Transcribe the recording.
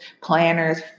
planners